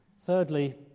Thirdly